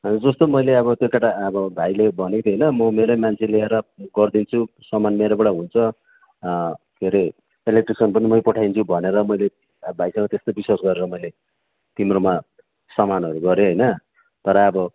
जस्तो मैले अब त्यो केटा अब भाइले भनेको थियो होइन म मेरै मान्छे ल्याएर गरिदिन्छु सामान मेरोबाट हुन्छ के रे इलेक्ट्रिसियन पनि मै पठाइदिन्छु भनेर मैले भाइसँग त्यस्तो विश्वास गरेर मैले तिम्रोमा सामानहरू गरेँ होइन तर अब